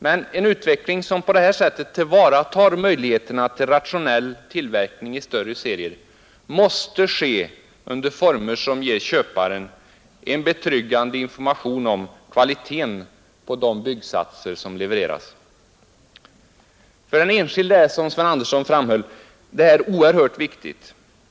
Men en utveckling som på detta sätt tillvaratar möjligheterna till rationell tillverkning i större serier måste ske under former som ger köparen en betryggande information om kvaliteten på de byggsatser som levereras. För den enskilde är detta, som herr Andersson i Örebro framhöll, oerhört viktigt.